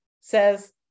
says